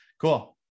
Cool